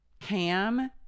ham